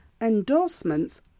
endorsements